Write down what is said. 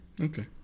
okay